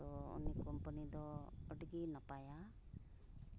ᱛᱚ ᱩᱱᱤ ᱠᱳᱢᱯᱟᱱᱤ ᱫᱚ ᱟᱹᱰᱤᱜᱮ ᱱᱟᱯᱟᱭᱟ